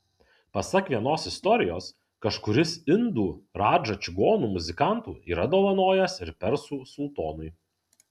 pasak vienos istorijos kažkuris indų radža čigonų muzikantų yra dovanojęs ir persų sultonui